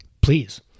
Please